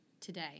today